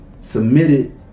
submitted